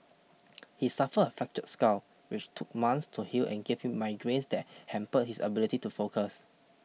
he suffered a fractured skull which took months to heal and gave him migraines that hampered his ability to focus